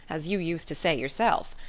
as you used to say yourself.